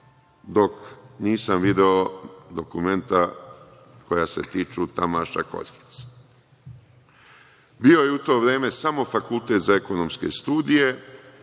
dok nisam video dokumenta koja se tiču Tamaša Korheca. Bio je u to vreme samo fakultet za ekonomske studije,